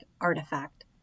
artifact